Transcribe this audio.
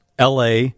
LA